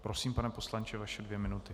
Prosím, pane poslanče, vaše dvě minuty.